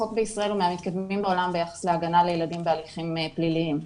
החוק בישראל הוא מהמתקדמים בעולם ביחס להגנה לילדים בהליכים פליליים.